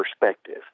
perspective